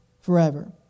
forever